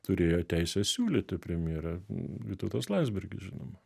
turėjo teisę siūlyti premjerą vytautas landsbergis žinoma